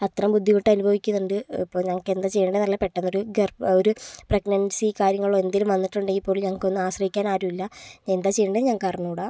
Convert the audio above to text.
അത്രയും ബുദ്ധിമുട്ട് അനുഭവിക്കുന്നുണ്ട് ഇപ്പം ഞങ്ങൾക്ക് എന്താ ചെയ്യേണ്ടതെന്ന് അറിയില്ല പെട്ടെന്ന് ഒരു ഗർഭ ഒരു പ്രെഗ്നൻസി കാര്യങ്ങളോ എന്തെങ്കിലും വന്നിട്ടുണ്ടെങ്കിൽ പോലും ഞങ്ങൾക്ക് ഒന്ന് ആശ്രയിക്കാൻ ആരുമില്ല എന്താ ചെയ്യേണ്ടത് ഞങ്ങൾക്ക് അറിഞ്ഞു കൂടാ